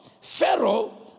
Pharaoh